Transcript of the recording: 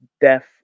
death